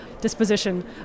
disposition